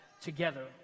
together